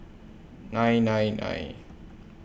nine nine nine